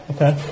Okay